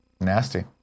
Nasty